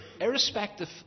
irrespective